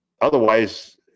Otherwise